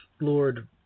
Lord